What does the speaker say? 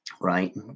right